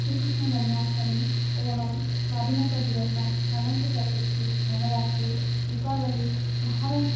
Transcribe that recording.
श्रीकृष्णजन्माष्टमी ओणम् स्वाधीनतादिवसः गणेशचतुर्थी नवरात्रि दीपावलिः महरम्